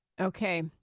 Okay